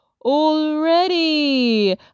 already